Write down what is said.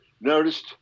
noticed